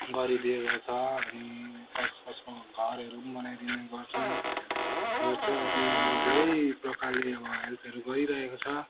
गरिदिएको छ अनि कस कसको घरहरू पनि बनाइदिने गर्छन् गर्छ अनि अब धेरै प्रकारले अब हेल्पहरू गरिरहेको छ